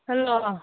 hello